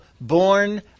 born